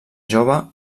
jove